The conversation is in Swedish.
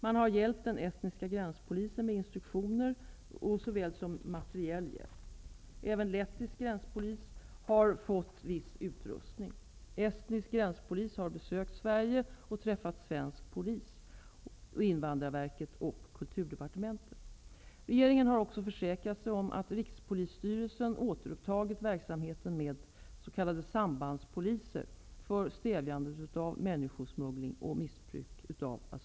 Man har hjälpt den estniska gränspolisen med instruktioner och givit materiell hjälp. Även lettisk gränspolis har fått viss utrustning. Estnisk gränspolis har besökt Sverige och träffat representanter för svensk polis, Regeringen har också försäkrat sig om att